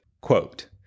Quote